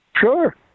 Sure